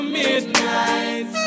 midnight